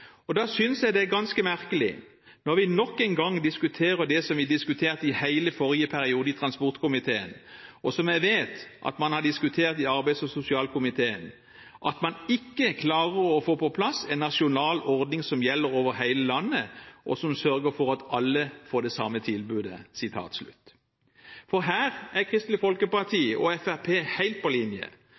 «Og da synes jeg det er ganske merkelig – når vi nok en gang diskuterer det som vi diskuterte i hele forrige periode i transportkomiteen, og som jeg vet at man har diskutert i arbeids- og sosialkomiteen – at man ikke klarer å få på plass en nasjonal ordning som gjelder over hele landet, og som sørger for at alle får det samme tilbudet.» Her er Kristelig Folkeparti og Fremskrittspartiet helt på linje,